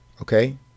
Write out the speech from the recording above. Okay